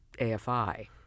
AFI